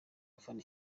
afana